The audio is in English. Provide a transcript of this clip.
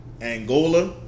Angola